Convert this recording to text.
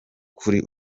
kuri